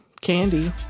candy